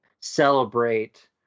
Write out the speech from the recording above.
celebrate